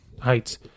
Heights